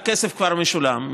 הכסף כבר משולם,